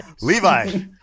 Levi